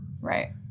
Right